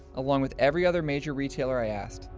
along with every other major retailer i asked,